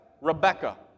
Rebecca